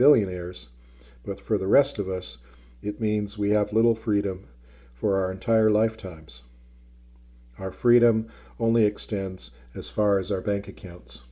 billionaires but for the rest of us it means we have little freedom for our entire lifetimes our freedom only extends as far as our bank accounts